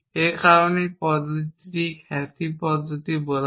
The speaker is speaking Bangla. এই কারণেই এই পদ্ধতিটিকে খ্যাতি পদ্ধতি বলা হয়